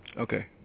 Okay